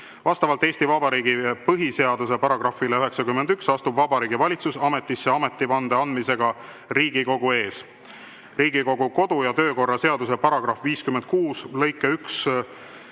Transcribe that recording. Vastavalt Eesti Vabariigi põhiseaduse §‑le 91 astub Vabariigi Valitsus ametisse ametivande andmisega Riigikogu ees. Riigikogu kodu‑ ja töökorra seaduse § 56 lõike 1